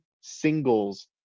singles